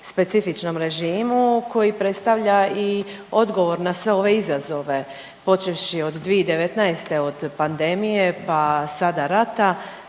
specifičnom režimu koji predstavlja i odgovor na sve ove izazove počevši od 2019. od pandemije pa sada rata